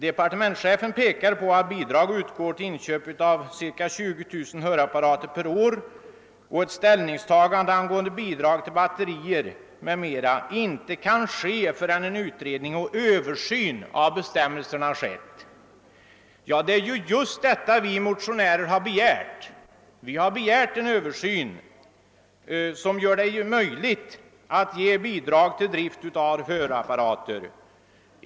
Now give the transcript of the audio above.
Departementschefen pekar på att bidrag utgår till inköp av cirka 20 000 hörapparater per år och att ställningstagande angående bidrag till batterier m.m. inte kan ske förrän en utredning och en översyn av bestämmelserna har skett. Men det är just detta som vi motionärer har begärt. Vi har begärt en översyn av bestämmelserna, som gör det möjligt att ge bidrag till drift av hörapparater.